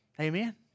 Amen